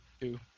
Two